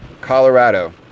Colorado